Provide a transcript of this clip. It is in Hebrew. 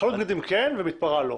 חנות בגדים כן ומתפרה לא.